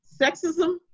sexism